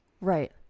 Right